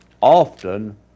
often